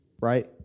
right